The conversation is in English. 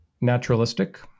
naturalistic